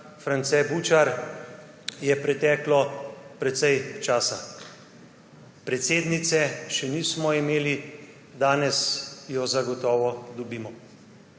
France Bučar, je preteklo precej časa. Predsednice še nismo imeli. Danes jo zagotovo dobimo.